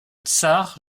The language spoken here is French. tsar